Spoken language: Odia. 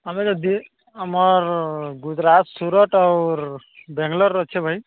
ଆମେ ଯଦି ଆମର୍ ଗୁଜୁରାଟ୍ ସୁରଟ୍ ଆଉର୍ ବେଙ୍ଗ୍ଲୋର୍ରେ ଅଛେ ଭାଇ